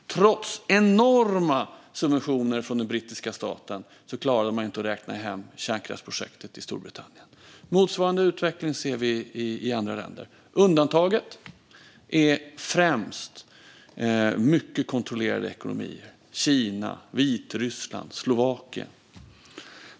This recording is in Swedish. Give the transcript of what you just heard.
Trots enorma subventioner från den brittiska staten klarade man inte att räkna hem kärnkraftsprojektet i Storbritannien. Motsvarande utveckling ser vi i andra länder. Undantaget är främst mycket kontrollerade ekonomier som Kina, Vitryssland och Slovakien.